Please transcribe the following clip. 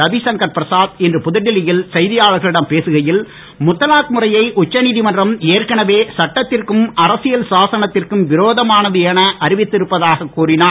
ரவிசங்கர் பிரசாத் இன்று புதுடெல்லியில் செய்தியாளர்களிடம் பேசுகையில் முத்தலாக் முறையை உச்சநீதிமன்றம் ஏற்கனவே சட்டத்திற்கும் அரசியல் சாசனத்திற்கும் விரோதமானது என அறிவித்திருப்பதாக கூறினார்